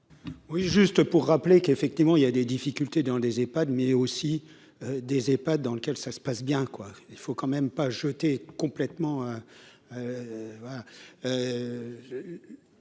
Oui, juste pour rappeler qu'effectivement il y a des difficultés dans les EPHAD mais aussi des pas dans lequel ça se passe bien quoi, il faut quand même pas jeter complètement,